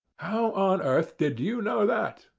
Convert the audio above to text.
how on earth did you know that?